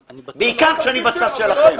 אז אותו מודל פועל כאן: מצד אחד מעבירים חוק שברור לכולם